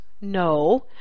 no